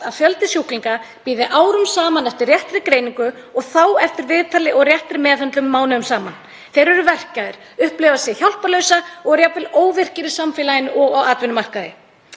að fjöldi sjúklinga bíði árum saman eftir réttri greiningu og þá eftir viðtali og réttri meðhöndlun mánuðum saman. Þeir eru verkjaðir, upplifa sig hjálparlausa og eru jafnvel óvirkir í samfélaginu og á atvinnumarkaði.